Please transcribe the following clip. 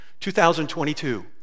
2022